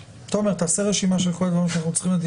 תומר, תעשה רשימה של כל הדברים שאנחנו צריכים.